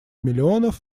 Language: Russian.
миллионов